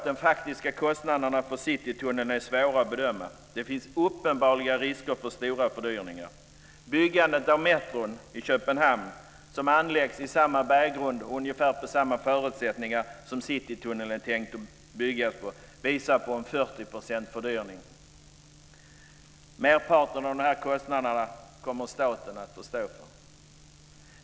De faktiska kostnaderna för Citytunneln är svåra att bedöma. Det finns uppenbara risker för stora fördyringar. Byggandet av metron i Köpenhamn, som anläggs på samma berggrund med ungefär samma förutsättningar som Citytunneln är tänkt att byggas med, visar på en 40-procentig fördyring. Merparten av kostnaderna kommer staten att få stå för.